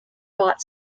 brought